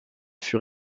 fut